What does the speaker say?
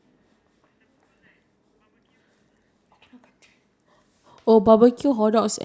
and there was this moment I always need to go to the toilet